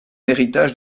héritage